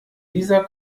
dieser